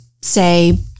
say